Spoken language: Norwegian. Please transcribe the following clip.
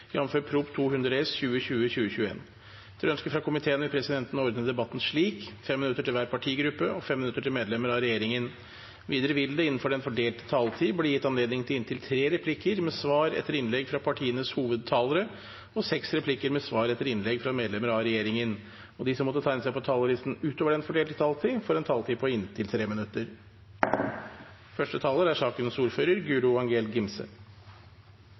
minutter til medlemmer av regjeringen. Videre vil det – innenfor den fordelte taletid – bli gitt anledning til inntil tre replikker med svar etter innlegg fra partienes hovedtalere og seks replikker med svar etter innlegg fra medlemmer av regjeringen, og de som måtte tegne seg på talerlisten utover den fordelte taletid, får en taletid på inntil 3 minutter. Dette er faktisk en litt trist dag. Den er